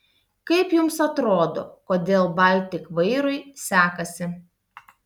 kaip jums atrodo kodėl baltik vairui sekasi